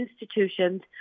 institutions